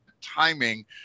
timing